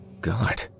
God